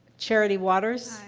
charity waters? hi,